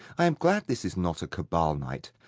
i am glad this is not a cabal-night.